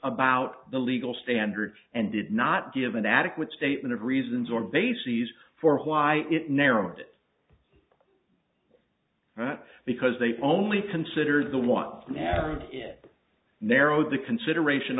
about the legal standard and did not give an adequate statement of reasons or bases for why it narrowed because they only consider the want it narrowed the consideration